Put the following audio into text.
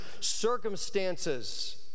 circumstances